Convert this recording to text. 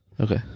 Okay